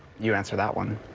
you answer that one.